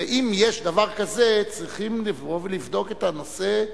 ואם יש דבר כזה, צריכים לבוא ולבדוק את הנושא.